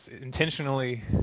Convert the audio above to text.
intentionally